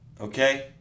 Okay